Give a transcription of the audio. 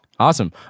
Awesome